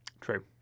True